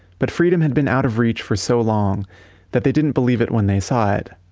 but freedom had been out of reach for so long that they didn't believe it when they saw it.